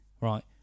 right